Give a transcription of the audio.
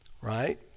right